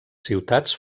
ciutats